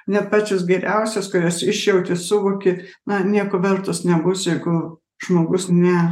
net pačios geriausios kurias išjauti suvoki na nieko vertos nebus jeigu žmogus ne